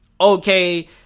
Okay